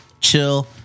chill